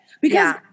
Because-